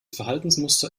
verhaltensmuster